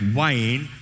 wine